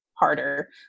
harder